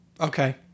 Okay